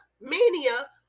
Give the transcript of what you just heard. mania